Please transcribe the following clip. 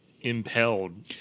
impelled